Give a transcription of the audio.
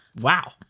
Wow